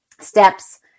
steps